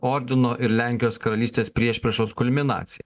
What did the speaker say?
ordino ir lenkijos karalystės priešpriešos kulminacija